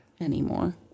anymore